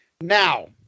now